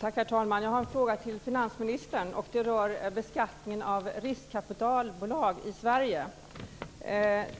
Herr talman! Jag har en fråga till finansministern som rör beskattning av riskkapitalbolag i Sverige.